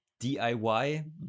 diy